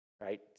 right